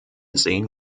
sehen